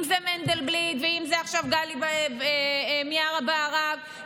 אם זה מנדלבליט ואם זה עכשיו גלי בהרב מיארה ואם